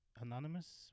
anonymous